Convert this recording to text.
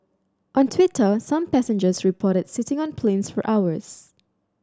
on Twitter some passengers reported sitting on planes for hours